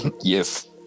yes